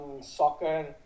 soccer